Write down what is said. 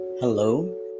Hello